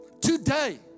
Today